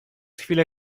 chwilę